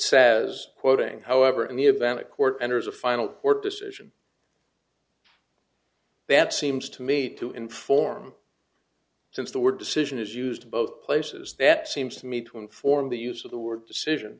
says quoting however in the event a court enters a final court decision that seems to me to inform since there were decision is used both places that seems to me to inform the use of the word decision